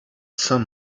some